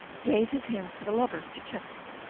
gave his hands to the lovers to kiss,